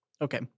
Okay